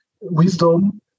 wisdom